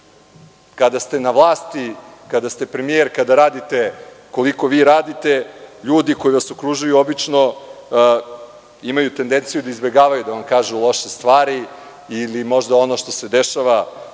Kada ste na vlasti, kada ste premijer, kada radite koliko vi radite, ljudi koji vas okružuju obično imaju tendenciju da izbegavaju da vam kažu loše stvari ili možda ono što se dešava